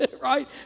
Right